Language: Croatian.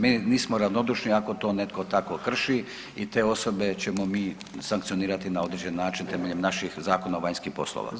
Mi nismo ravnodušni ako to netko tako krši i te osobe ćemo mi sankcionirati na određeni način temeljem naših Zakona o vanjski poslova.